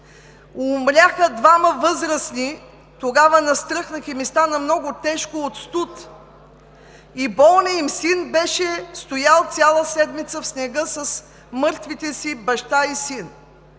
умряха двама възрастни. Тогава настръхнах и ми стана много тежко от студ. Болният им син беше стоял цяла седмица в къщата с мъртвите си баща и